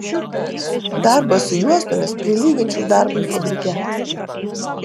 darbą su juostomis prilyginčiau darbui fabrike